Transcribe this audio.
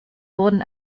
wurden